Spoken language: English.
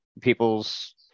people's